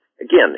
again